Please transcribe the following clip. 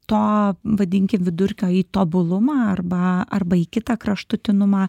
to vadinkim vidurkio į tobulumą arba arba į kitą kraštutinumą